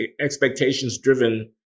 expectations-driven